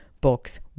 books